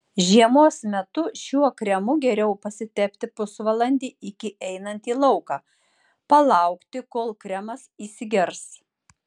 žiemos metu šiuo kremu geriau pasitepti pusvalandį iki einant į lauką palaukti kol kremas įsigers